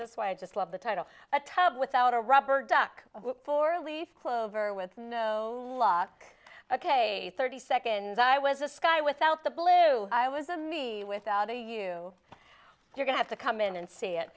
this why i just love the title a tub without a rubber duck four leaf clover with no luck ok thirty seconds i was a sky without the blue i was a me without a you you're going to come in and see it